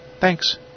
Thanks